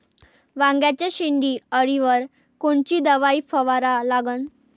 वांग्याच्या शेंडी अळीवर कोनची दवाई फवारा लागन?